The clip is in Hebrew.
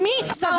טלי גוטליב,